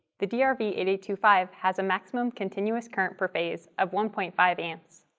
the d r v eight eight two five has a maximum continuous current per phase of one point five and a.